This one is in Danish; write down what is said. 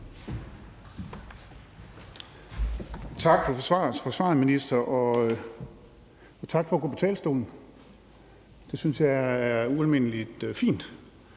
Tak for besvarelsen, minister, og tak for at gå på talerstolen. Det synes jeg er ualmindelig fint